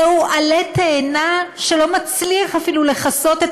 זהו עלה תאנה שלא מצליח אפילו לכסות את